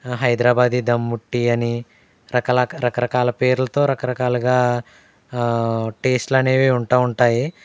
Hyderabadi dum tea అని రకల రకరకాల పేర్లతో రకరకాలుగా టేస్ట్లు అనేవి ఉంటాఉంటాయి